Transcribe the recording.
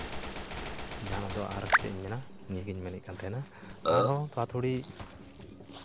ᱡᱟᱦᱟᱸ ᱫᱚ ᱟᱨ ᱪᱮᱫ ᱤᱧ ᱢᱮᱱᱟ ᱱᱤᱭᱟᱹᱜᱮᱧ ᱢᱮᱱᱮᱫ ᱛᱟᱦᱮᱱᱟ ᱟᱨᱦᱚᱸ ᱛᱷᱚᱲᱟ ᱛᱷᱚᱲᱤ